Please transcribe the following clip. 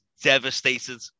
devastated